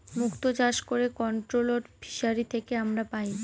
মুক্ত চাষ করে কন্ট্রোলড ফিসারী থেকে আমরা পাই